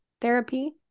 therapy